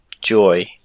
joy